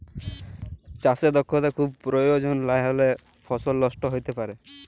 চাষে দক্ষতা খুব পরয়োজল লাহলে ফসল লষ্ট হ্যইতে পারে